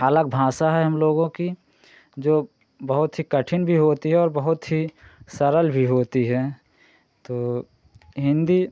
अलग भाषा है हम लोगों कि जो बहुत ही कठिन भी होती है और बहुत ही सरल भी होती है तो हिन्दी